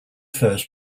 first